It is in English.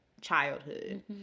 childhood